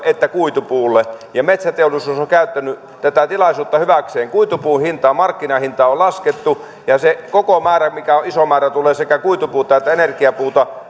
että kuitupuulle ja metsäteollisuus on käyttänyt tätä tilaisuutta hyväkseen kuitupuun markkinahintaa on laskettu ja se koko määrä mikä on iso määrä tulee sekä kuitupuuta että energiapuuta